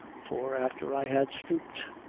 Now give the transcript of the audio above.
for, after i had stooped,